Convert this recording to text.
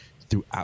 throughout